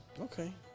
Okay